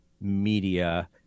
Media